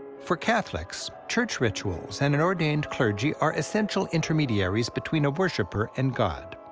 for catholics, church rituals and an ordained clergy are essential intermediaries between a worshipper and god.